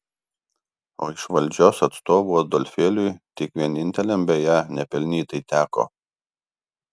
o iš valdžios atstovų adolfėliui tik vieninteliam beje nepelnytai teko